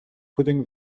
putting